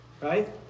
right